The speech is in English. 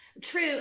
True